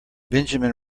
benjamin